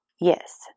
Yes